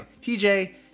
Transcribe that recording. TJ